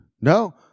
No